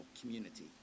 community